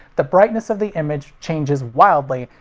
the brightness of the image changes wildly,